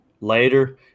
later